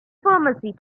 pharmacy